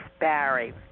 Barry